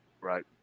Right